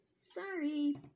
Sorry